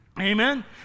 Amen